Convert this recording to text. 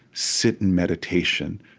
sit in meditation,